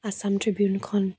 Assam ট্ৰিবিউনখন